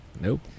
nope